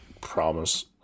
promise